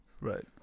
right